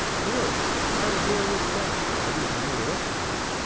really, i roar with laughter every time i look at her!